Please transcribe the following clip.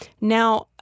Now